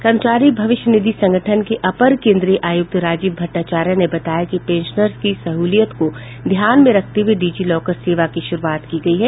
कर्मचारी भविष्य निधि संगठन के अपर केन्द्रीय आयुक्त राजीव भट्टाचार्य ने बताया कि पेंशनर्स की सहुलियत को ध्यान में रखते हुए डिजी लॉकर सेवा की शुरूआत की गयी है